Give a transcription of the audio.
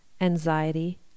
anxiety